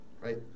Right